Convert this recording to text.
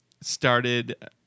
Started